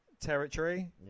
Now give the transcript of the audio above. territory